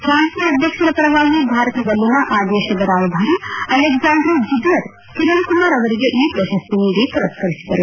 ಫ್ರಾನ್ಸ್ನ ಅಧ್ಯಕ್ಷರ ಪರವಾಗಿ ಭಾರತದಲ್ಲಿನ ಆ ದೇಶದ ರಾಯಭಾರಿ ಅಲೆಕ್ಸಾಂಡ್ರೆ ಜೀಗ್ಲರ್ ಕಿರಣ್ಕುಮಾರ್ ಅವರಿಗೆ ಈ ಪ್ರಶಸ್ತಿ ನೀಡಿ ಪುರಸ್ಕರಿಸಿದರು